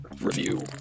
review